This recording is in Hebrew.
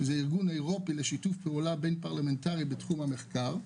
ארגון אירופי לשיתוף פעולה בין-פרלמנטרי בתחום המחקר,